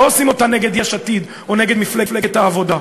לא עושים אותה נגד יש עתיד או נגד מפלגת העבודה,